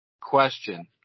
Question